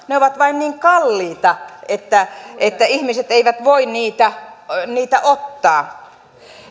ne ovat vain niin kalliita että että ihmiset eivät voi niitä niitä ottaa